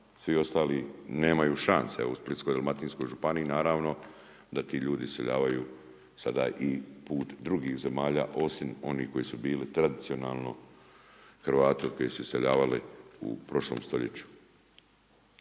Svi ostali nemaju šanse u Splitsko-dalmatinskoj županiji. Naravno da ti ljudi iseljavaju sada i put drugih zemalja osim onih koje su bile tradicionalno Hrvati u koje su se iseljavali u prošlom stoljeću.